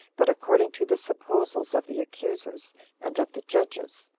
but according to the supposals of the accusers and of the judges.